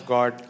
God